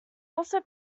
also